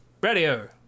Radio